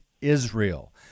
Israel